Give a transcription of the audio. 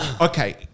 okay